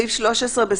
בסעיף 2(ג)